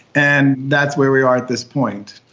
and that's where we are at this point.